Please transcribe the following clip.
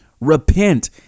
Repent